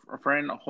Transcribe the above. friend